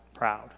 proud